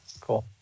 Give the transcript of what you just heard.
Cool